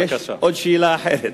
שאלה: